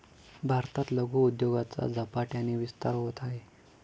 भारतात लघु उद्योगाचा झपाट्याने विस्तार होत आहे